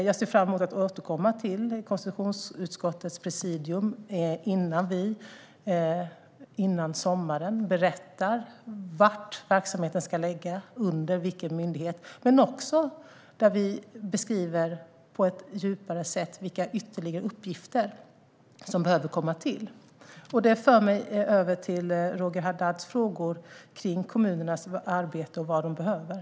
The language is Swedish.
Jag ser fram emot att få återkomma till konstitutionsutskottets presidium före sommaren och berätta under vilken myndighet verksamheten ska ligga men också beskriva på ett djupare sätt vilka ytterligare uppgifter som behöver komma till. Det för mig över till Roger Haddads frågor om kommunernas arbete och vad de behöver.